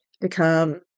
become